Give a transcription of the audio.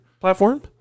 platform